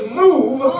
move